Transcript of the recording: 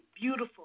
beautiful